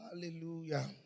Hallelujah